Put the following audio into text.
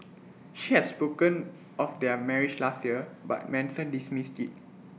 she has spoken of their marriage last year but Manson dismissed IT